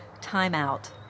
timeout